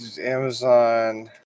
Amazon